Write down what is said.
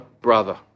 brother